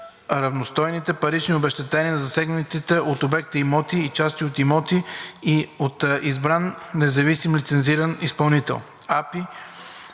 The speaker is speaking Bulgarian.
равностойните парични обезщетения за засегнатите от обекта имоти и части от имоти от избран независим лицензиран изпълнител.